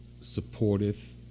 supportive